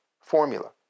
formula